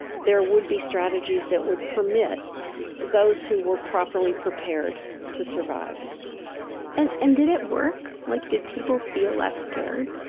there would be strategies that would permit those who were properly prepared to survive and and did it work? like did people feel less scared?